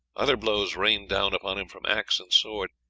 other blows rained down upon him from axe and sword,